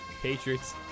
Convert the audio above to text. Patriots